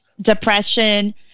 depression